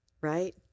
right